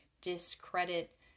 discredit